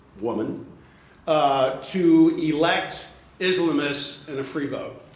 woman ah to elect islamists in a free vote.